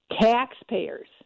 taxpayers